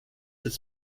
its